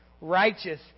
Righteous